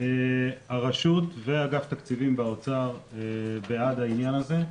הרשות ואגף תקציבים באוצר בעד העניין הזה.